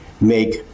make